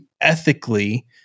ethically